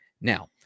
Now